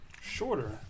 shorter